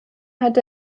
hat